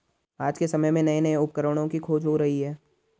आज के समय में नये नये उपकरणों की खोज हो रही है